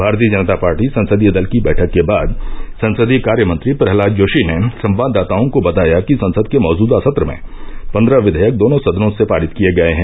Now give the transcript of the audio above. भारतीय जनता पार्टी संसदीय दल की बैठक के बाद संसदीय कार्यमंत्री प्रहलाद जोशी ने संवाददाताओं को बताया कि संसद के मौजूदा सत्र में पन्द्रह विधेयक दोनों सदनों से पारित किए गए हैं